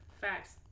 Facts